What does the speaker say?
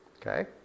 Okay